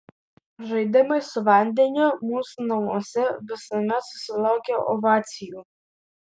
žaidimai su vandeniu mūsų namuose visuomet susilaukia ovacijų